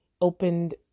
Opened